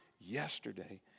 yesterday